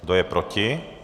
Kdo je proti?